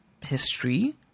history